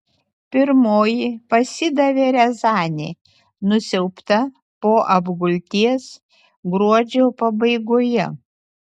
pirmoji pasidavė riazanė nusiaubta po apgulties gruodžio pabaigoje